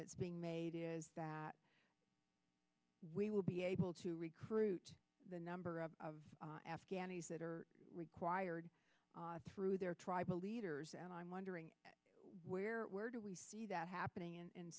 that being made is that we will be able to recruit the number of afghanis that are required through their tribal leaders and i'm wondering where where do we see that happening in